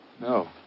No